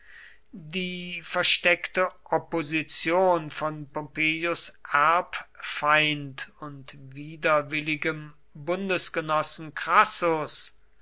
die versteckte opposition von pompeius erbfeind und widerwilligem bundesgenossen crassus